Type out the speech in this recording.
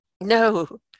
no